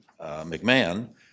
McMahon